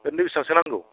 ओरैनो बिसिबांसो नांगौ